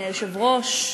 אדוני היושב-ראש,